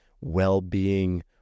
well-being